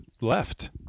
left